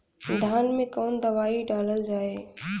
धान मे कवन दवाई डालल जाए?